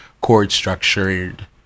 chord-structured